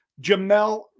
Jamel